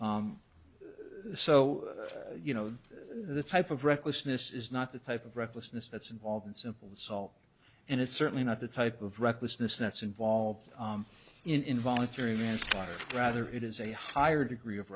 harm so you know the type of recklessness is not the type of recklessness that's involved in simple assault and it's certainly not the type of recklessness that's involved in involuntary manslaughter rather it is a higher degree of